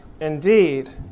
indeed